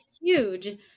huge